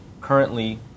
currently